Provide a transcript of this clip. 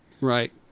Right